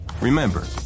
Remember